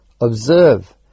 observe